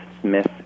Smith